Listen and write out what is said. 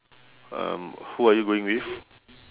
um who are you going with